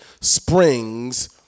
springs